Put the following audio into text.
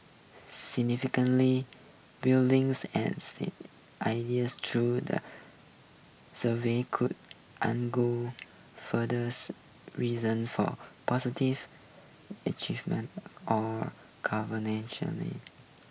buildings and ideas true the survey could reason for positive or